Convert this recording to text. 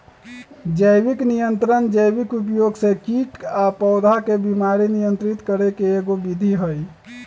जैविक नियंत्रण जैविक उपयोग से कीट आ पौधा के बीमारी नियंत्रित करे के एगो विधि हई